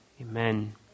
amen